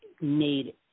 made